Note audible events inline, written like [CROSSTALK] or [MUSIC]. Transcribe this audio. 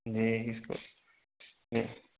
جی اس [UNINTELLIGIBLE]